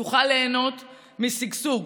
תוכל ליהנות משגשוג,